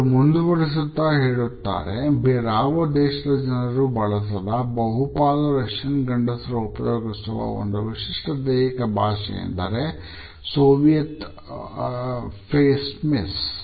ಅವರು ಮುಂದುವರೆಸುತ್ತಾ ಹೇಳುತ್ತಾರೆ ಬೇರಾವ ದೇಶದ ಜನರು ಬಳಸದ ಬಹುಪಾಲು ರಷ್ಯನ್ ಗಂಡಸರು ಉಪಯೋಗಿಸುವ ಒಂದು ವಿಶಿಷ್ಟ ದೈಹಿಕ ಭಾಷೆಯೆಂದರೆ ಸೋವಿಯತ್ ಫೇಸ್ ಮಿಸ್